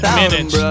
minutes